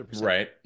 right